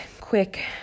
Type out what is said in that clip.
quick